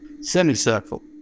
semicircle